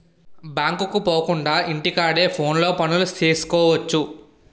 బ్యాంకుకు పోకుండా ఇంటి కాడే ఫోనులో పనులు సేసుకువచ్చు